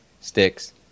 Sticks